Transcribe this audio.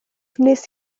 wnes